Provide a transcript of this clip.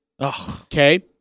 Okay